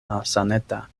malsaneta